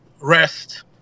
rest